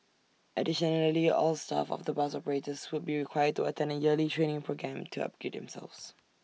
additionally all staff of the bus operators would be required to attend A yearly training programme to upgrade themselves